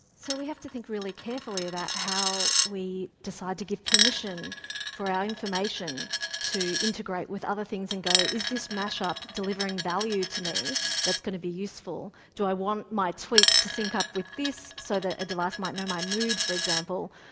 so we have to think really carefully about how we decide to give permission for our information to integrate with other things and go, is this mash-up delivering value to me that's going to be useful? do i want my tweets to sync up with this so that a device might know my mood, for example?